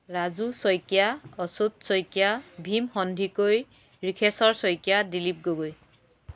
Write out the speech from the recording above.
Raju Saikia Achyut Saikia Bhim Sandikai Rikheswar Saikia Dilip Gogoi